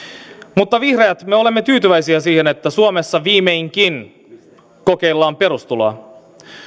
mutta me vihreät olemme tyytyväisiä siihen että suomessa viimeinkin kokeillaan perustuloa